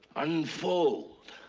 unfold.